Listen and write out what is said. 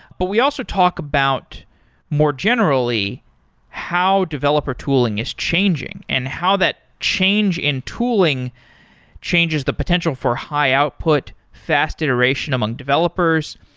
but we also talked about more generally how developer tooling is changing and how that change in tooling changes the potential for high output, fast iteration among developers.